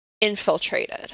infiltrated